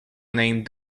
named